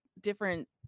different